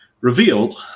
revealed